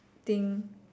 thing